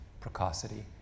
precocity